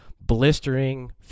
blistering